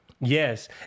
yes